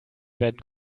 werden